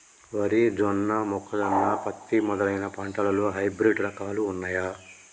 వరి జొన్న మొక్కజొన్న పత్తి మొదలైన పంటలలో హైబ్రిడ్ రకాలు ఉన్నయా?